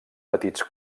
petits